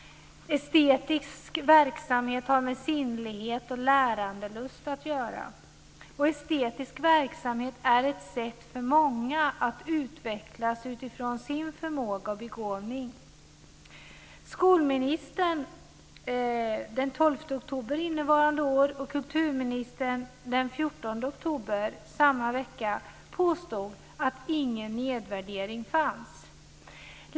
Estetisk verksamhet har med sinnlighet och lärandelust att göra. Estetisk verksamhet är ett sätt för många att utvecklas utifrån sin förmåga och begåvning. Skolministern påstod den 12 oktober innevarande år och kulturministern den 14 oktober samma vecka att ingen nedvärdering fanns.